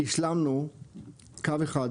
השלמנו קו אחד,